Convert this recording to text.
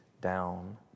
down